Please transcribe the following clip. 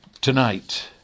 tonight